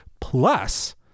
plus